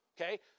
Okay